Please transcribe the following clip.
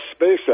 SpaceX